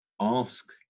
ask